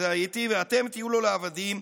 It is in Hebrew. ואתם תהיו לו לעבדים.